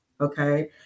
okay